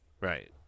Right